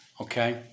Okay